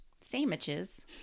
sandwiches